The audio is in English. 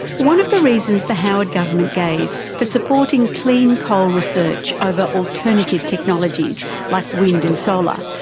one of the reasons the howard government gave for supporting clean coal research over alternative technologies like wind and solar,